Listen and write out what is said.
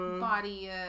body